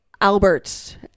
Albert